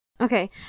okay